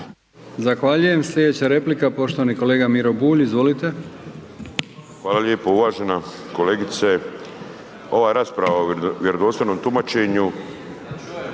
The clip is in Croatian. Zahvaljujem. Sljedeća replika poštovani kolega Miro Bulj. Izvolite. **Bulj, Miro (MOST)** Hvala lijepa. Uvažena kolegice ova rasprava o vjerodostojnom tumačenju,…